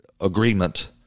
agreement